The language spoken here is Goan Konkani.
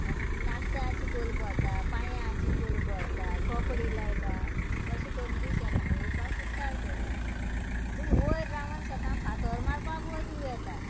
आनी नाकटां चिकोल भरता पांयां चिकोल भरता कोपडे लोयटा अशें करून तीं शेतां येवपाक कुस्तार करता पूण वयर रावोन शेतांत फातोर मारपाक पयलू येता